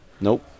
nope